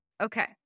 Okay